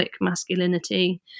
masculinity